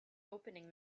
opening